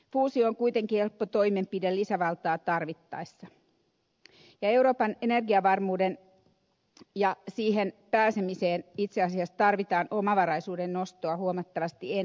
fuusio on kuitenkin helppo toimenpide lisävaltaa tarvittaessa ja euroopan energiavarmuuteen ja siihen pääsemiseen itse asiassa tarvitaan omavaraisuuden nostoa huomattavasti enemmän